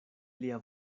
lia